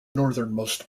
northernmost